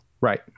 Right